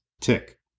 tick